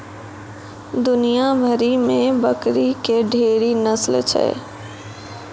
दुनिया भरि मे बकरी के ढेरी नस्ल छै